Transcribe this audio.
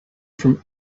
from